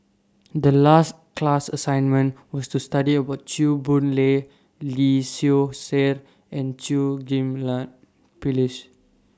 The last class assignment was to study about Chew Boon Lay Lee Seow Ser and Chew Ghim Lian Phyllis